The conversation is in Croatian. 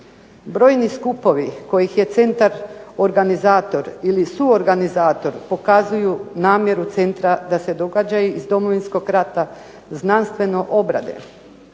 Brojni skupovi kojih je centar organizator ili suorganizator pokazuju namjeru centra da se događaji iz Domovinskog rata znanstveno obrade.